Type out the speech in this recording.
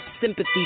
sympathy